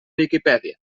viquipèdia